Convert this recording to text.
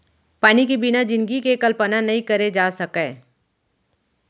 पानी के बिना जिनगी के कल्पना नइ करे जा सकय